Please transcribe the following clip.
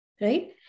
Right